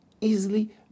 easily